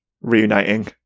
Reuniting